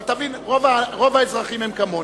אבל רוב האזרחים הם כמוני.